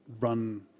run